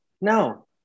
no